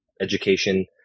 education